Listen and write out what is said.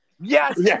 Yes